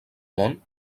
món